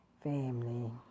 family